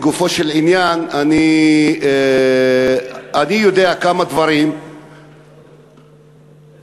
לגופו של עניין, אני יודע כמה דברים, תסביר.